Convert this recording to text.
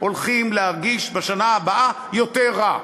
הולך להרגיש בשנה הבאה יותר רע.